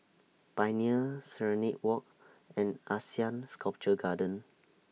Pioneer Serenade Walk and Asean Sculpture Garden